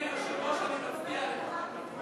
אדוני היושב-ראש, אני מצדיע לך.